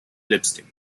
lipstick